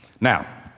Now